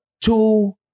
two